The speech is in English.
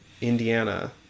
Indiana